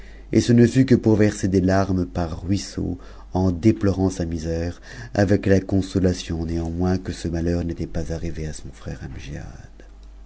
et ce ne fut que pour w'ser des larmes par ruisseaux en déplorant sa misère avec la consolât néanmoins que ce malheur n'était pas arrivé à son frère